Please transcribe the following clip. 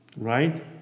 Right